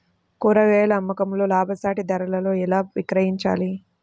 కూరగాయాల అమ్మకంలో లాభసాటి ధరలలో ఎలా విక్రయించాలి?